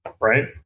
right